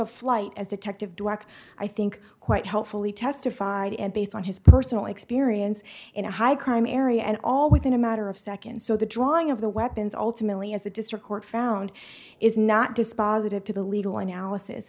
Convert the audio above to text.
of flight as detective to act i think quite helpfully testified and based on his personal experience in a high crime area and all within a matter of seconds so the drawing of the weapons ultimately as a district court found is not dispositive to the legal analysis